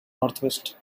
northwest